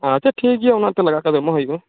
ᱟᱪᱷᱟ ᱴᱷᱤᱠ ᱜᱮᱭᱟ ᱚᱱᱟᱛᱚ ᱞᱟᱜᱟᱣ ᱠᱷᱟᱱ ᱮᱢ ᱢᱟ ᱦᱩᱭᱩᱜᱼᱟ